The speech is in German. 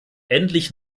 endlich